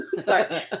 Sorry